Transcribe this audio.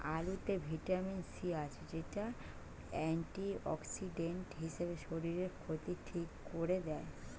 আলুতে vitamin C আছে, যেটা অ্যান্টিঅক্সিডেন্ট হিসাবে শরীরের ক্ষতি ঠিক কোরে দেয়